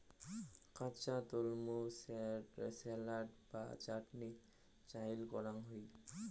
কাঁচা তলমু স্যালাড বা চাটনিত চইল করাং হই